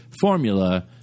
formula